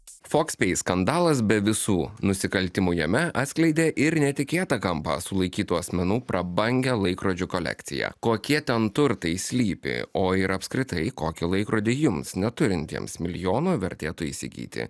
fox pay skandalas be visų nusikaltimų jame atskleidė ir netikėtą kampą sulaikytų asmenų prabangią laikrodžių kolekciją kokie ten turtai slypi o ir apskritai kokį laikrodį jums neturintiems milijono vertėtų įsigyti